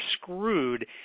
screwed